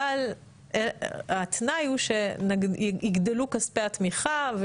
אבל שהתנאי הוא שיגדלו כספי התמיכה,